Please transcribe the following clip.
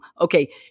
Okay